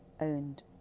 owned